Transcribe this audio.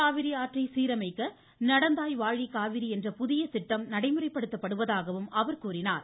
காவிரி ஆற்றை சீரமைக்க நடந்தாய் வாழி காவிரி என்ற புதிய திட்டம் நடைமுறைப் படுத்தப்படுவதாகவும் அவர் கூறினார்